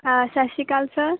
Sat Sri Akal sir